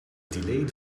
delayed